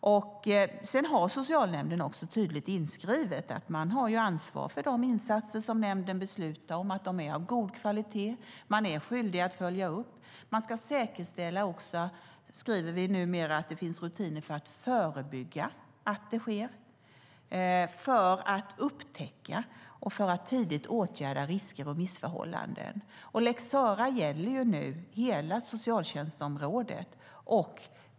Socialnämnden har också tydligt inskrivet att de har ansvar för de insatser som nämnden beslutar om samt för att insatserna är av god kvalitet. De är skyldiga att följa upp besluten. Dessutom ska de säkerställa, skriver vi numera, att det finns rutiner för att förebygga att det sker samt för att upptäcka och tidigt åtgärda risker och missförhållanden. Lex Sarah gäller nu hela socialtjänstområdet.